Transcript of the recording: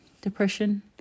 depression